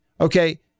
okay